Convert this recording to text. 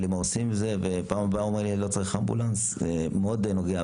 אבא שלי אמר לי אתמול שבפעם הבאה הוא לא צריך אמבולנס וזה מאוד נוגע.